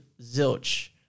Zilch